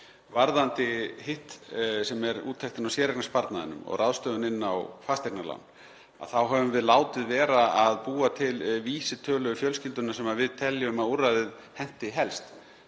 Varðandi hitt, sem er úttektin á séreignarsparnaðinum og ráðstöfun inn á fasteignalán, þá höfum við látið vera að búa til vísitölu fjölskyldunnar sem við teljum að úrræðið henti helst.